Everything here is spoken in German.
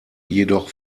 jedoch